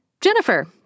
Jennifer